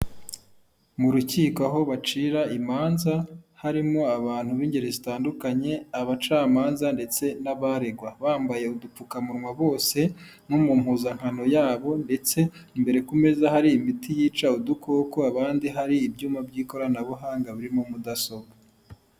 Mu rukiko aho bacira imanza, harimo abantu b'ingeri zitandukanye abacamanza ndetse n'abaregwa, bambaye udupfukamunwa bose no mu mpuzankano yabo ndetse imbere ku meza hari imiti yica udukoko, abandi hari ibyuma by'ikoranabuhanga birimo mudasobwa.